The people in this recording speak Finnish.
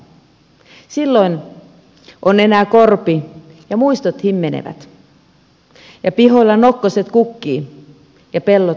silloin on enää korpi ja muistot himmenevät pihoilla nokkoset kukkii ja pellot metsittyvät